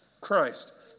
Christ